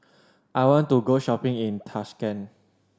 I want to go shopping in Tashkent